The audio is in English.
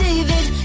David